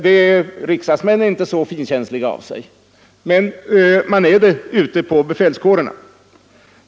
— Vi riksdagsmän är inte så finkänsliga, men man är det ute på befälskårerna.